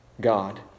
God